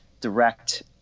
direct